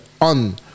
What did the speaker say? on